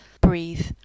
breathe